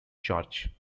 church